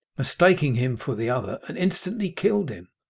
mistaking him for the other, and instantly killed him.